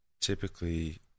typically